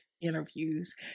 interviews